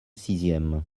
sixième